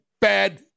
bad